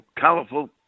colourful